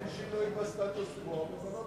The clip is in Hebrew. אין שינוי בסטטוס-קוו, תצביע נגד.